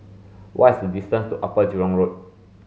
what is the distance to Upper Jurong Road